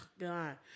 God